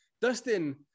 Dustin